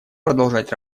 продолжать